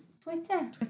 Twitter